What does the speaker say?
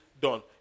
done